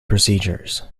procedures